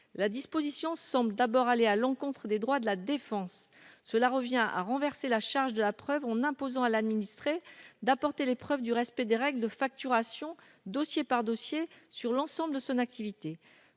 la disposition semble d'abord aller à l'encontre des droits de la défense, cela revient à renverser la charge de la preuve on imposant à l'administré d'apporter les preuves du respect des règles de facturation, dossier par dossier, sur l'ensemble de son activité